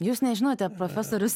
jūs nežinote profesorius